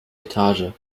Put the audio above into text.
etage